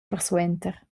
persuenter